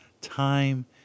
time